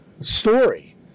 story